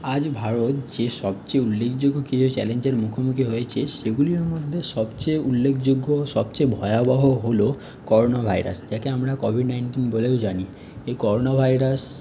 আজ ভারত যে সবচেয়ে উল্লেখযোগ্য কিছু চ্যালেঞ্জের মুখোমুখি হয়েছে সেগুলির মধ্যে সবচেয়ে উল্লেখযোগ্য সবচেয়ে ভয়াবহ হল করোনা ভাইরাস যাকে আমরা কোভিড নাইনটিন বলেও জানি এই করোনা ভাইরাস